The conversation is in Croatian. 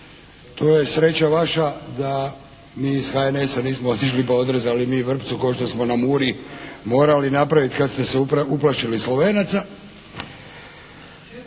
To je sreća vaša da mi iz HNS-a nismo otišli pa odrezali mi vrpcu ko' što smo na Muri morali napraviti kada ste se uplašili Slovenaca.